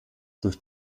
durch